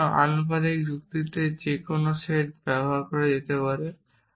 সুতরাং আনুপাতিক যুক্তিতে যে কিছু সেট করা যেতে পারে